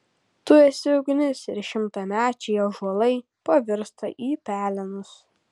tu esi ugnis ir šimtamečiai ąžuolai pavirsta į pelenus